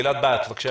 גלעד בהט, בבקשה